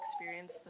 experience